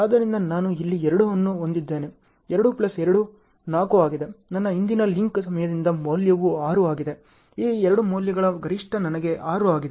ಆದ್ದರಿಂದ ನಾನು ಇಲ್ಲಿ 2 ಅನ್ನು ಹೊಂದಿದ್ದೇನೆ 2 ಪ್ಲಸ್ 2 4 ಆಗಿದೆ ನನ್ನ ಹಿಂದಿನ ಲಿಂಕ್ ಸಹಾಯದಿಂದ ಮೌಲ್ಯವು 6 ಆಗಿದೆ ಈ 2 ಮೌಲ್ಯಗಳ ಗರಿಷ್ಠ ನನಗೆ 6 ಆಗಿದೆ